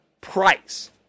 price